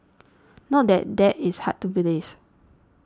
not that that is hard to believe